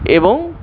এবং